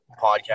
podcast